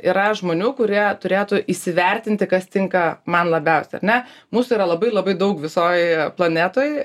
yra žmonių kurie turėtų įsivertinti kas tinka man labiausiai ar ne mūsų yra labai labai daug visoj planetoj